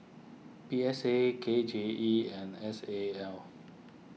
P S A K J E and S A L